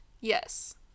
yes